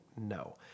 No